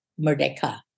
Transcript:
Merdeka